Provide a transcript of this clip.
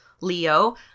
Leo